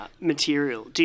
material